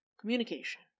Communication